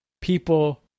people